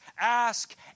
ask